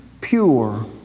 pure